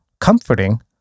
Comforting